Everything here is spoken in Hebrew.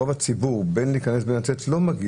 רוב הציבור לא מגיע.